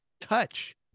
touch